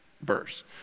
verse